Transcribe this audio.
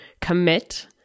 commit